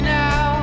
now